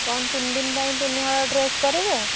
କ'ଣ ତିନି ଦିନ ପାଇଁ ତିନିହଳ ଡ୍ରେସ୍ କରିବୁ